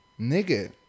nigga